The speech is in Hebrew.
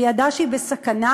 והיא ידעה שהיא בסכנה,